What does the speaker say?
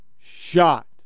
shot